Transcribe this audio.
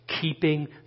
keeping